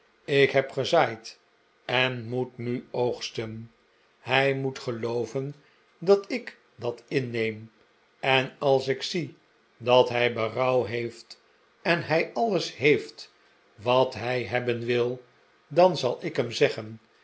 ik heb gezaaid en moet nu oogsten hij moet gelooven dat ik dat inrteem en als ik zie dat hij berouw heeft en hij alles heeft wat hij hebben wil dan zal ik hem zeggen